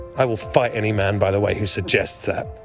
i will fight any man, by the way who suggests that.